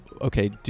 okay